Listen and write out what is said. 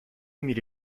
میری